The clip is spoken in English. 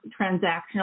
transactional